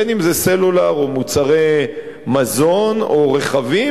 בין אם זה סלולר או מוצרי מזון או רכבים,